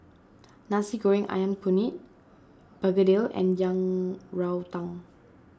Nasi Goreng Ayam Kunyit Begedil and Yang Rou Tang